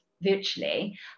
virtually